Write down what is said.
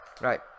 right